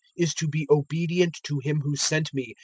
is to be obedient to him who sent me,